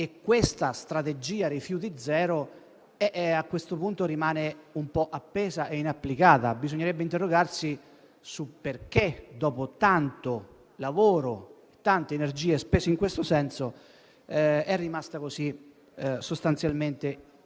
la strategia rifiuti zero rimane un po' appesa e inapplicata. Bisognerebbe interrogarsi sul perché, dopo tanto lavoro e tante energie spese in questo senso, è rimasta sostanzialmente disattesa.